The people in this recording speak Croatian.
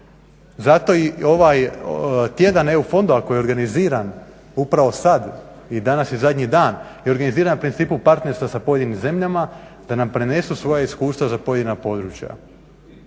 Zato ovaj tjedan EU fondova koji je organiziran upravo sada i danas je zadnji dan i organiziran je na principu partnerstva sa pojedinim zemljama da nam prenesu svoja iskustva za pojedina područja.